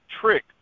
trick